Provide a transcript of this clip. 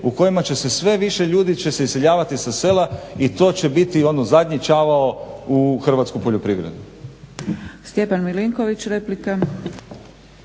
u kojima će se sve više ljudi će se iseljavati sa sela i to će biti ono zadnji čavao u hrvatskoj poljoprivredi.